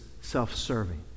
self-serving